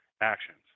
actions